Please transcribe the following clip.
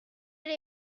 vous